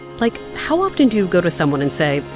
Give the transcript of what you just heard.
like, how often do you go to someone and say,